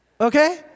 Okay